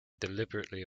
deliberately